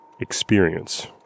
Experience